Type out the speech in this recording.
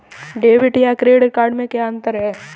Debit या credit card में क्या अन्तर है?